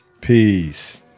peace